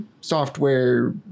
software